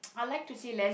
I would like to see less